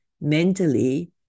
mentally